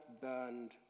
burned